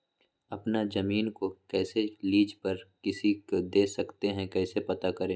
अपना जमीन को कैसे लीज पर किसी को दे सकते है कैसे पता करें?